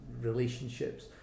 relationships